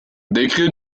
décret